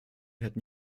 hätten